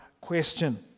question